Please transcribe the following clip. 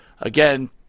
Again